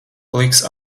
pliks